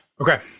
Okay